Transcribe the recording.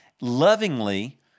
lovingly